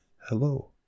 hello